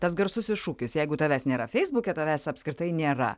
tas garsusis šūkis jeigu tavęs nėra feisbuke tavęs apskritai nėra